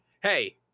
hey